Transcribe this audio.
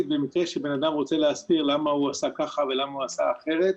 במקרה שבן אדם רוצה להסביר למה הוא עשה כך ולמה הוא עשה אחרת.